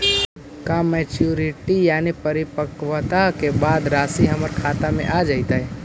का मैच्यूरिटी यानी परिपक्वता के बाद रासि हमर खाता में आ जइतई?